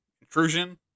intrusion